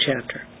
chapter